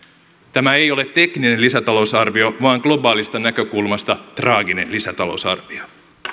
tämä ei ole tekninen lisätalousarvio vaan globaalista näkökulmasta traaginen lisätalousarvio